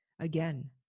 Again